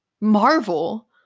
Marvel